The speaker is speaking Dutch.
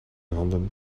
handen